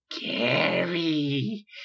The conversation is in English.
Gary